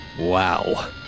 Wow